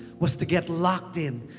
was to get locked in.